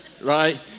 right